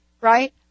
right